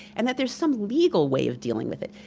and that there's some legal way of dealing with it,